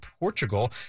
Portugal